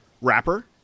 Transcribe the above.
wrapper